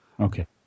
Okay